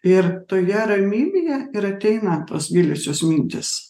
ir toje ramybėje ir ateina tos giliosios mintys